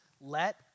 let